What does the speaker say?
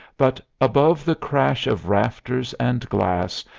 but above the crash of rafters and glass,